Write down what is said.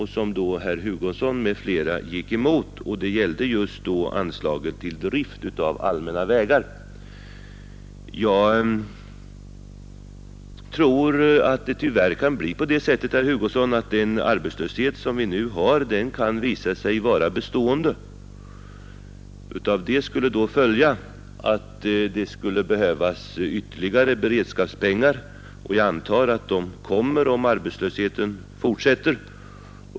Herr Hugosson m.fl. gick emot detta förslag, som just gällde anslaget till drift av allmänna vägar. Jag tror att den arbetslöshet vi nu har, herr Hugosson, tyvärr kan visa sig vara bestående. Därav skulle följa att det skulle behövas ytterligare beredskapspengar. Om arbetslösheten fortsätter, antar jag att de kommer.